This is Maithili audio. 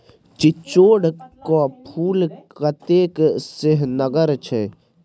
चिचोढ़ क फूल कतेक सेहनगर छै